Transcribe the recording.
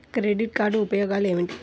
Credit card ఉపయోగాలు ఏమిటి?